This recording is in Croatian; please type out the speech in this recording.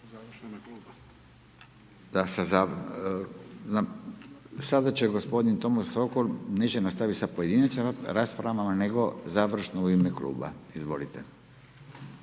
i vama. Nastavljamo sa, sada će gospodin Tomo Sokol neće nastaviti sa pojedinačnom raspravom, nego završno u ime Kluba HDZ-a. Izvolite.